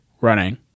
running